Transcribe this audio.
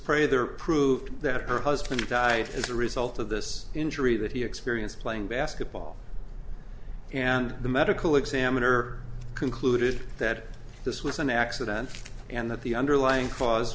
pryor there proved that her husband died as a result of this injury that he experienced playing basketball and the medical examiner concluded that this was an accident and that the underlying cause